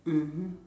mmhmm